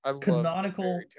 canonical